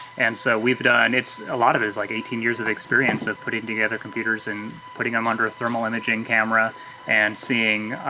and so we've done, a lot of is like eighteen years of experience of putting together computers and putting them under a thermal imaging camera and seeing